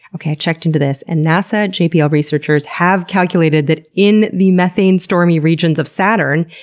okay, i checked into this and nasa jpl researchers have calculated that, in the methane-stormy regions of saturn,